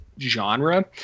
genre